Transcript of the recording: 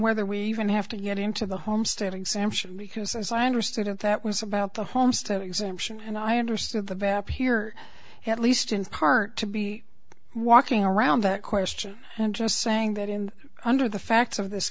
whether we even have to get into the homestead exemption because as i understood it that was about the homestead exemption and i understood the vamp here at least in part to be walking around that question and just saying that in under the facts of this